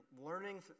learning